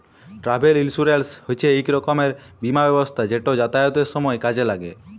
travel insurance হছে ইক রকমের বীমা ব্যবস্থা যেট যাতায়াতের সময় কাজে ল্যাগে